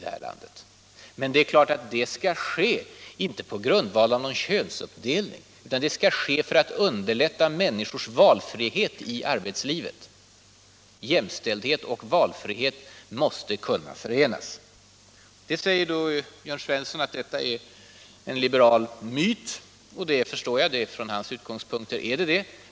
Men det är klart att det inte skall ske på grundval av någon könsuppdelning utan för att i stället underlätta människors valfrihet i arbetslivet. Jämställdhet och valfrihet måste kunna förenas. Nu säger Jörn Svensson att detta är en liberal myt, och jag förstår att det från hans utgångspunkter är det.